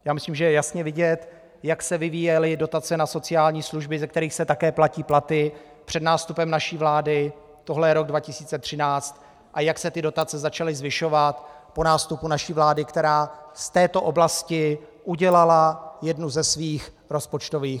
Já myslím, že je jasně vidět, jak se vyvíjely dotace na sociální služby, ze kterých se také platí platy, před nástupem naší vlády tohle je rok 2013 a jak se dotace začaly zvyšovat po nástupu naší vlády, která z této oblasti udělala jednu ze svých rozpočtových priorit.